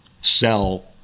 sell